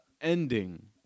ending